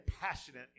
passionate